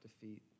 defeat